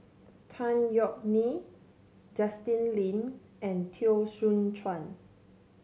Tan Yeok Nee Justin Lean and Teo Soon Chuan